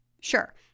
Sure